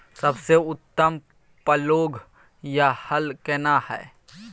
सबसे उत्तम पलौघ या हल केना हय?